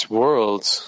worlds